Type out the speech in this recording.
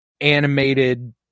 animated